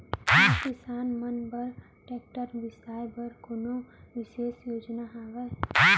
का किसान मन बर ट्रैक्टर बिसाय बर कोनो बिशेष योजना हवे?